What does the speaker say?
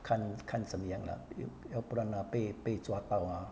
看看怎么样了要不然 ah 被被抓到 ah